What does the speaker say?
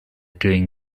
doing